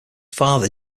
father